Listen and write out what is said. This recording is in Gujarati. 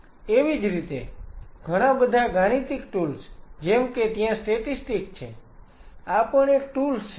એવી જ રીતે ઘણાબધા ગાણિતિક ટુલ્સ જેમ કે ત્યાં સ્ટેટિક્સ છે આ પણ એક ટુલ્સ છે